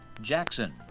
Jackson